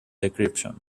decryption